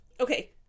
okay